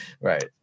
right